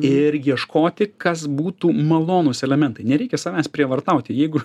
ir ieškoti kas būtų malonūs elementai nereikia savęs prievartauti jeigu